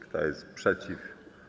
Kto jest przeciw?